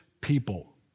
people